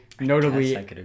notably